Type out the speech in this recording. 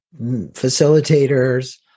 facilitators